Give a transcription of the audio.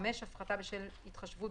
הפחתה בשל5.